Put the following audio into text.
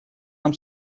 нам